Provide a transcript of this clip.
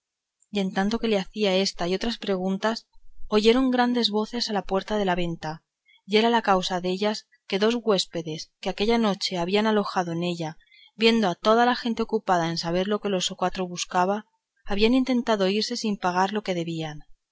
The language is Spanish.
y en tanto que le hacía esta y otras preguntas oyeron grandes voces a la puerta de la venta y era la causa dellas que dos huéspedes que aquella noche habían alojado en ella viendo a toda la gente ocupada en saber lo que los cuatro buscaban habían intentado a irse sin pagar lo que debían